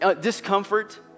discomfort